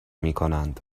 میکنند